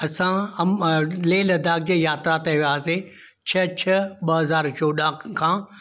असां अं लेह लद्दाख जे यात्रा ते वियासीं छह छह ॿ हज़ार चोॾहं खां